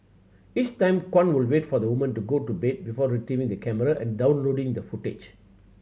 each time Kwan would wait for the woman to go to bed before retrieving the camera and downloading the footage